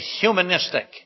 humanistic